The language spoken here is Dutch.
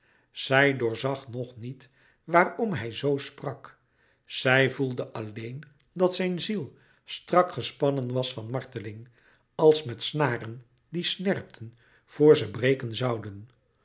zij doorzag nog niet waarom hij zoo sprak zij voelde alleen dat zijn ziel strak gespannen was van marteling als met snaren die snerpten vr ze breken zouden